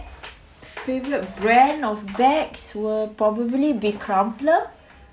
favorite brand of bags will probably be Crumpler